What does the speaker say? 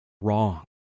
wrong